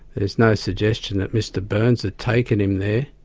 there's no suggestion that mr byrnes had taken him there,